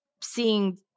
seeing –